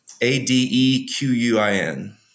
A-D-E-Q-U-I-N